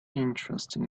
interested